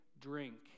drink